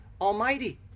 Almighty